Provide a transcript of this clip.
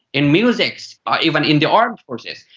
in music, even in the armed forces.